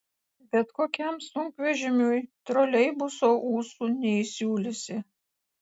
bet kokiam sunkvežimiui troleibuso ūsų neįsiūlysi